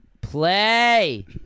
Play